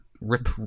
Rip